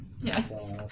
Yes